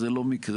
זה לא מקרה